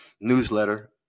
newsletter